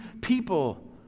people